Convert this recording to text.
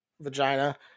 vagina